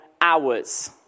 hours